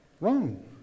wrong